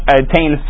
attain